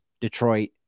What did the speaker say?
Detroit